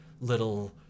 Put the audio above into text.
little